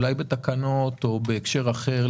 אולי בתקנות או בהקשר אחר,